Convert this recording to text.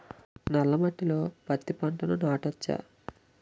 నల్ల మట్టిలో పత్తి పంట నాటచ్చా?